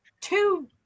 two